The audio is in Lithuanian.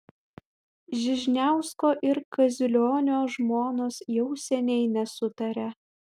žižniausko ir kaziulionio žmonos jau seniai nesutaria